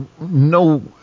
No